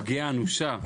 הפגיעה היא אנושה,